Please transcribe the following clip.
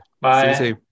bye